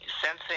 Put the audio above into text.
sensing